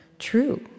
true